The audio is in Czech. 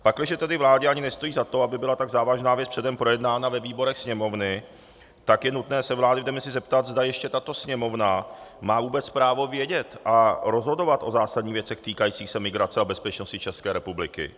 Pakliže tedy vládě ani nestojí za to, aby byla tak závažná věc předem projednána ve výborech Sněmovny, tak je nutné se vlády v demisi zeptat, zda ještě tato Sněmovna má vůbec právo vědět a rozhodovat o zásadních věcech týkajících se migrace a bezpečnosti České republiky.